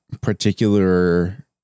particular